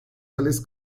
tales